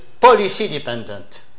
policy-dependent